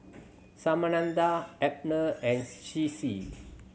Samantha Abner and Ciji